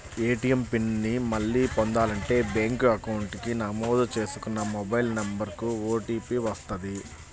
ATM pin ని మళ్ళీ పొందాలంటే బ్యేంకు అకౌంట్ కి నమోదు చేసుకున్న మొబైల్ నెంబర్ కు ఓటీపీ వస్తది